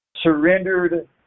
surrendered